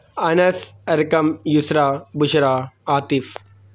Anas Arqam Yusra Bushra Atif